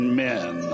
men